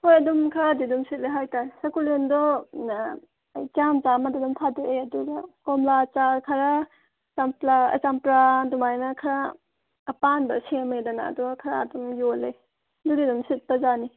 ꯍꯣꯏ ꯑꯗꯨꯝ ꯈꯔꯗꯤ ꯑꯗꯨꯝ ꯁꯤꯠꯂꯦ ꯍꯥꯏ ꯇꯥꯏ ꯁꯀꯨꯂꯦꯟꯗꯣ ꯑꯩ ꯆꯥꯝ ꯆꯥꯝꯃꯗ ꯑꯗꯨꯝ ꯊꯥꯗꯣꯛꯑꯦ ꯑꯗꯨꯒ ꯀꯣꯝꯂꯥ ꯆꯥꯔ ꯈꯔ ꯆꯝꯄ꯭ꯔꯥ ꯑꯗꯨꯃꯥꯏꯅ ꯈꯔ ꯑꯄꯥꯟꯕ ꯁꯦꯝꯃꯦꯗꯅ ꯑꯗꯨꯒ ꯈꯔ ꯑꯗꯨꯝ ꯌꯣꯜꯂꯦ ꯑꯗꯨꯗꯤ ꯑꯗꯨꯝ ꯁꯤꯠꯄꯖꯥꯠꯅꯤ